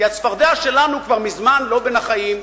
כי הצפרדע שלנו כבר מזמן לא בין החיים.